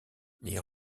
les